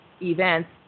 events